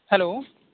hello